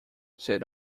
said